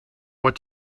what